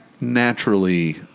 naturally